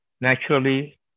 naturally